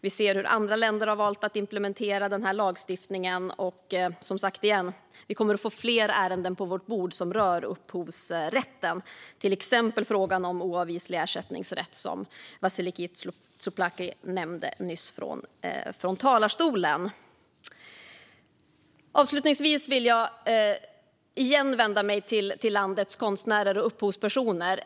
Vi ser hur andra länder har valt att implementera denna lagstiftning, och vi kommer som sagt att få fler ärenden på vårt bord som rör upphovsrätten - till exempel frågan om oavvislig ersättningsrätt, som Vasiliki Tsouplaki nämnde nyss från talarstolen. Avslutningsvis vill jag åter vända mig till landets konstnärer och upphovspersoner.